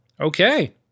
Okay